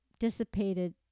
dissipated